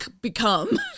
become